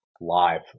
live